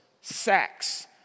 sex